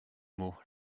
mot